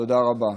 תודה רבה.